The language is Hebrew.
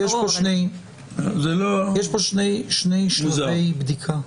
יש פה שני סוגי בדיקות: